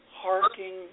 harking